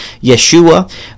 Yeshua